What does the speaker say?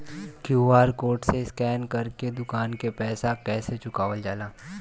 QR code से scan कर के दुकान के पैसा कैसे चुकावल जाला?